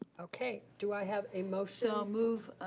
okay, do i have a motion? so move.